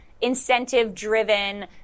incentive-driven